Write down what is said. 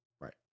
right